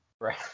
Right